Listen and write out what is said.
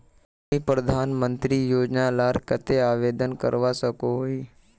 मुई प्रधानमंत्री योजना लार केते आवेदन करवा सकोहो ही?